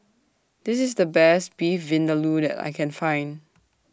This IS The Best Beef Vindaloo that I Can Find